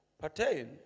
pertain